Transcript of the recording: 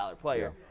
player